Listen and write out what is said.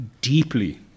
deeply